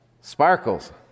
Sparkles